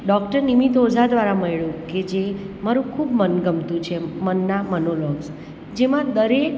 doctor Nimitt Oza દ્વારા મળ્યું કે જે મારું ખૂબ મનગમતું છે મનના મનોલોગ્સ જેમાં દરેક